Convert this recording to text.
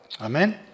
Amen